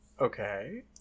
Okay